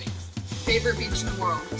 favorite beach in the world?